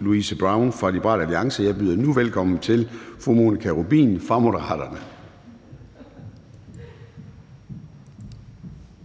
Louise Brown fra Liberal Alliance. Jeg byder nu velkommen til Monika Rubin fra Moderaterne.